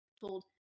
told